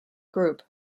group